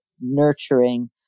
nurturing